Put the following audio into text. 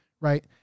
Right